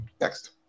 next